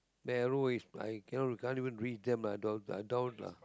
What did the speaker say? narrow is I cannot can't even read them lah dogs are uh lah